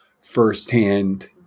firsthand